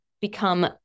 become